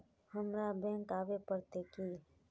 हमरा बैंक आवे पड़ते की?